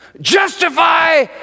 Justify